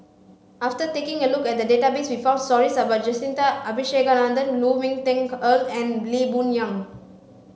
after taking a look at the database we found stories about Jacintha Abisheganaden Lu Ming Teh Earl and Lee Boon Yang